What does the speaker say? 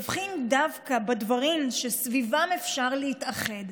יבחין דווקא בדברים שסביבם אפשר להתאחד.